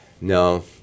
No